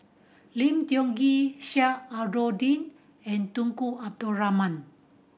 Lim Tiong Ghee Sheik Alau'ddin and Tunku Abdul Rahman